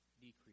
decrease